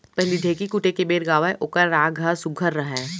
पहिली ढ़ेंकी कूटे के बेर गावयँ ओकर राग ह सुग्घर रहय